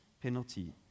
penalty